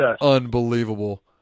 unbelievable